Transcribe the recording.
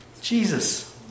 Jesus